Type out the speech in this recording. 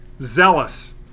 zealous